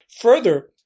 Further